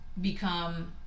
become